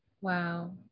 Wow